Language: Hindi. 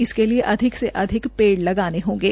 इसके लिए अधिक से अधिक पेड़ लगाने होंगे